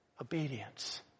obedience